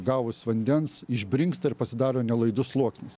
gavus vandens išbrinksta ir pasidaro nelaidus sluoksnis